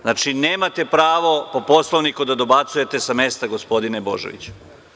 Znači, nemate pravo po Poslovniku da dobacujete sa mesta gospodine Božoviću.